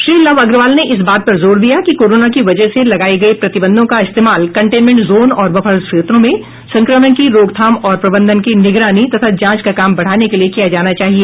श्री लव अग्रवाल ने इस बात पर जोर दिया कि कोरोना की वजह से लगाए गए प्रतिबंधों का इस्तेमाल कंटेनमेंट जोन और बफर क्षेत्रों में संक्रमण की रोकथाम और प्रबंधन की निगरानी तथा जांच का काम बढाने के लिए किया जाना चाहिए